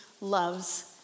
loves